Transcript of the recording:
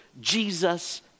Jesus